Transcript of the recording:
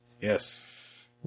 Yes